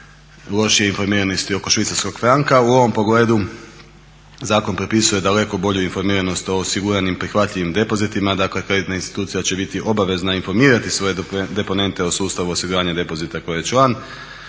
lošije informiranosti oko švicarskog franka, u ovom pogledu zakon propisuje daleko bolju informiranost o osiguranim, prihvatljivim depozitima, dakle kreditna institucija će biti obavezna informirati svoje deponente u sustavu osiguranja depozita koje je član,